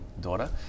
daughter